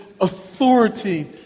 authority